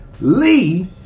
Lee